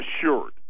assured